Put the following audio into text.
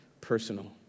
personal